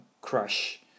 crush